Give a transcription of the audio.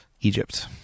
Egypt